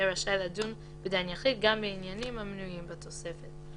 יהיה רשאי לדון בדן יחיד גם בעניינים המנויים בתוספת.